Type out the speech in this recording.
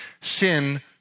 Sin